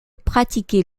pratiquer